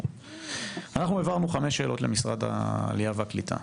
אנחנו העברנו חמש שאלות למשרד העלייה והקליטה.